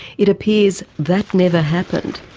it appears that never happened.